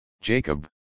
Jacob